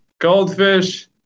Goldfish